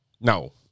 No